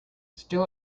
still